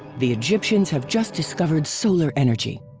the egyptians have just discovered solar energy.